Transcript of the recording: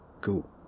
Cool